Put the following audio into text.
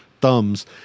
thumbs